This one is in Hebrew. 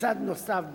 כצד נוסף בהליך,